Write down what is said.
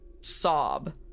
Sob